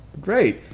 Great